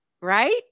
right